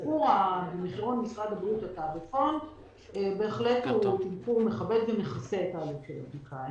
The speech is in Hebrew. התעריפון במשרד הבריאות הוא תמחור שמכבד ומכסה את העלות של הבדיקה.